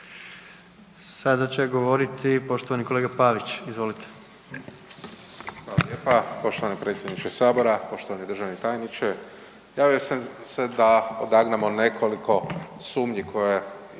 Sada će govoriti poštovani kolega Pavić, izvolite. **Pavić, Marko (HDZ)** Hvala lijepa. Poštovani predsjedniče sabora, poštovani državni tajniče, javio sam se da odagnamo nekoliko sumnji koje sa